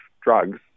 drugs